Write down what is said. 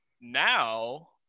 now